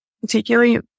particularly